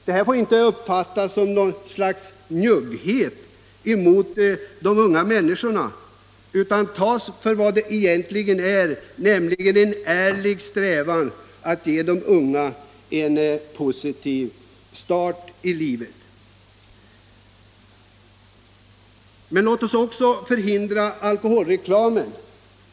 Detta får inte uppfattas som något slags njugghet mot de unga människorna utan tas för vad det är, nämligen en ärlig strävan att ge de unga en positiv start i livet. Men låt oss också förhindra alkoholreklamen.